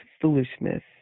foolishness